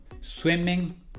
Swimming